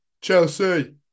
Chelsea